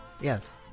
Yes